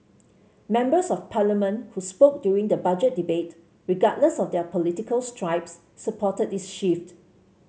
members of Parliament who spoke during the Budget Debate regardless of their political stripes supported this shift